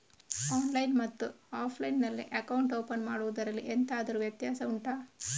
online ಮತ್ತು offline ನಲ್ಲಿ account open ಮಾಡುವುದರಲ್ಲಿ ಎಂತಾದರು ವ್ಯತ್ಯಾಸ ಉಂಟಾ